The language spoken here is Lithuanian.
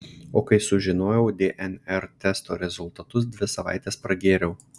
o kai sužinojau dnr testo rezultatus dvi savaites pragėriau